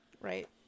Right